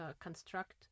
construct